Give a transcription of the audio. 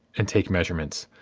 and take measurements.